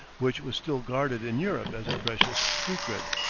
which was still guarded in europe as a precious secret.